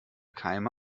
keime